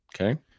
Okay